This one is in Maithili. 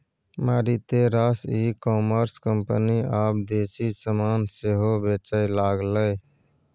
मारिते रास ई कॉमर्स कंपनी आब देसी समान सेहो बेचय लागलै